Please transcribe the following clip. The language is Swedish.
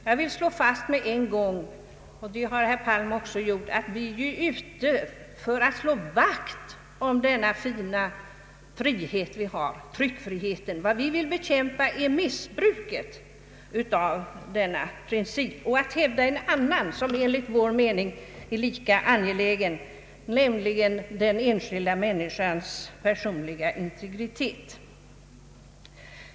Jag vill med en gång slå fast — det gjorde också herr Palm — att vi är ute för att slå vakt om den värdefulla princip som tryckfriheten innebär. Vad vi vill bekämpa är missbruket av denna princip samtidigt som vi vill hävda en annan princip som enligt vår mening är lika angelägen, nämligen den enskilda människans personliga integritet.